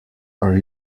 are